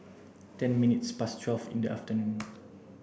ten minutes past twelve in the afternoon